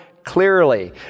clearly